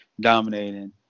dominating